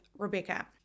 Rebecca